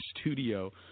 studio